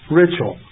ritual